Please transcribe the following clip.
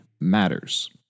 matters